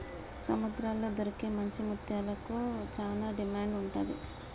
సముద్రాల్లో దొరికే మంచి ముత్యాలకు చానా డిమాండ్ ఉంటది